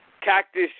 Cactus